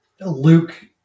Luke